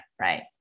right